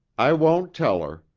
i won't tell her,